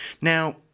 Now